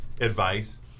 advice